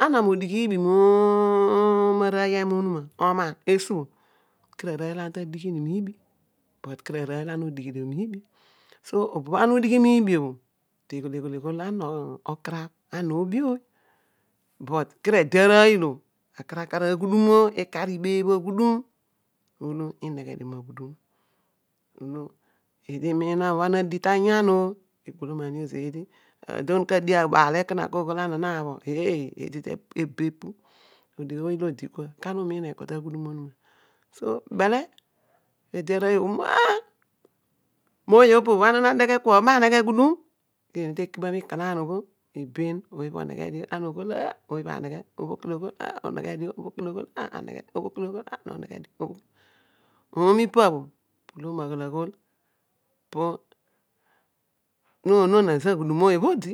Ana ema modighi dibi mooma aray eme omunma omma osuo ki na orooy oh ara tagigh, miibi maxroly blo anca odighi dio miibi su obo bho udighi mibi bho, te ghol ukaraba but ki nede ana obbi arooy olo ana ghol ana akar elaar radi imiona zeedi adum la a diabaad leat ibeebh aghandum olo ineghe dio maghandum olo ja anyan ook ingbolomanrio ann nabha anh, eedi te bho ana nadigh abu epu odigh voy sto odi umiin eko ta ghum to ta bho cdan